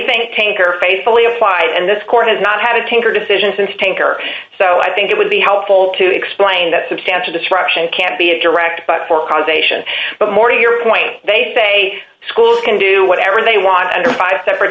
think tanker faithfully applied and this court has not had a tanker decision since tanker so i think it would be helpful to explain that a substantial disruption can't be a direct but for causation but more to your point they say schools can do whatever they want under five separate